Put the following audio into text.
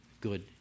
good